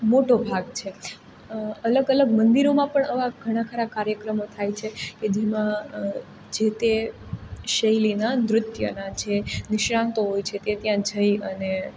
મોટો ભાગ છે અલગ અલગ મંદિરોમાં આવા પણ ઘણાં ખરા કાર્યક્રમો પણ થાય છે કે જેમાં જે તે શૈલીનાં નૃત્યના જે નિષ્ણાતો હોય છે તે ત્યાં જઈ અને